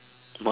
what